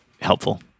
helpful